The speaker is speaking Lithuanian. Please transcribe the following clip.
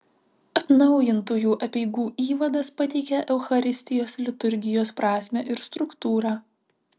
atnaujintųjų apeigų įvadas pateikia eucharistijos liturgijos prasmę ir struktūrą